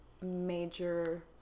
major